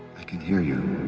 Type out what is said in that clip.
i can hear you